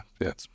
yes